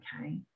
okay